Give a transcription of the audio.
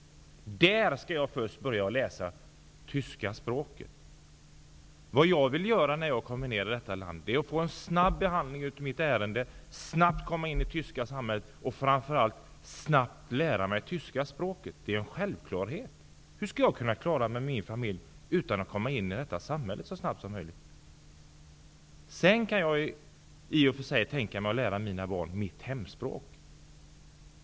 Där skall jag börja läsa tyska språket. Vad jag vill när jag kommer till Tyskland är att få en snabb behandling av mitt ärende, snabbt komma in i det tyska samhället och framför allt lära mig tyska språket. Det är självklart. Hur skall jag och min familj kunna klara oss om vi inte kommer in i det tyska samhället så snabbt som möjligt? Sedan kan jag tänka mig att lära mina barn mitt hemspråk.